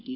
T